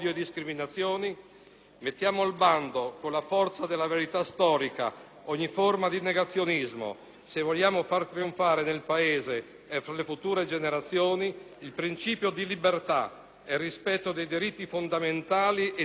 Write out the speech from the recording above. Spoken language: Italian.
Mettiamo al bando, con la forza della verità storica, ogni forma di negazionismo, se vogliamo far trionfare nel Paese e fra le future generazioni il principio di libertà e il rispetto dei diritti fondamentali ed inalienabili dell'uomo.